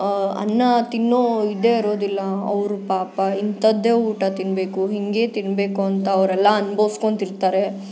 ಅನ್ನ ತಿನ್ನೋ ಇದೇ ಇರೋದಿಲ್ಲ ಅವರು ಪಾಪ ಇಂಥದ್ದೇ ಊಟ ತಿನ್ನಬೇಕು ಹೇಗೇ ತಿನ್ನಬೇಕು ಅಂತ ಅವರೆಲ್ಲ ಅನ್ಭವ್ಸ್ಕೊಳ್ತಿರ್ತಾರೆ